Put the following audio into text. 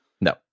no